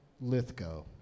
Lithgow